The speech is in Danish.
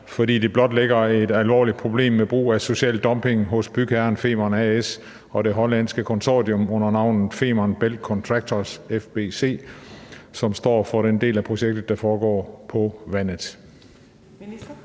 fordi det blotlægger et alvorligt problem med brug af social dumping hos bygherren Femern A/S og det hollandske konsortium under navnet Fehmarn Belt Contractors (FBC), som står for den del af projektet, der foregår på vandet?